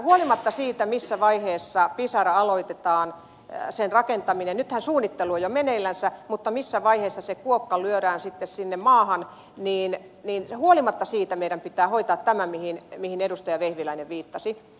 huolimatta siitä missä vaiheessa pisaran rakentaminen aloitetaan nythän suunnittelu on jo meneillänsä mutta missä vaiheessa se kuokka sitten lyödään maahan meidän pitää hoitaa tämä mihin edustaja vehviläinen viittasi